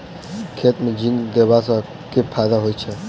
खेत मे जिंक देबा सँ केँ फायदा होइ छैय?